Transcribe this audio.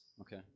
okay